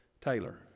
Taylor